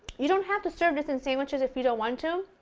you don't have to serve this in sandwiches if you don't want to.